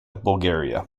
bulgaria